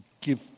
Give